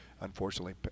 unfortunately